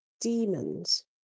demons